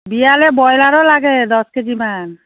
বিয়ালৈ ব্ৰইলাৰো লাগে দহ কেজিমান